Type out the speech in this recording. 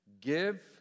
Give